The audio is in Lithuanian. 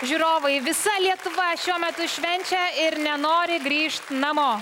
žiūrovai visa lietuva šiuo metu švenčia ir nenori grįžt namo